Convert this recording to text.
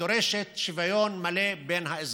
הדורשת, שוויון מלא בין האזרחים.